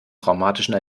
traumatischen